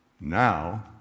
now